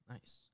Nice